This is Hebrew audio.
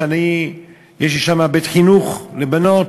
יש לי שם בית-חינוך לבנות,